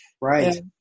Right